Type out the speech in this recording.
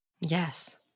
Yes